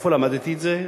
איפה למדתי את זה?